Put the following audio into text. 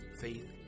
faith